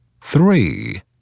three